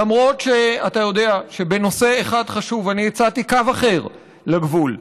למרות שאתה יודע שבנושא אחד חשוב אני הצעתי קו אחר לגבול,